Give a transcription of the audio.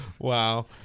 Wow